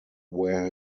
where